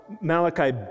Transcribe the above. Malachi